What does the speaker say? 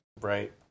Right